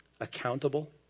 Accountable